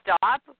stop